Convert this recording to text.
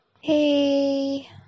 Hey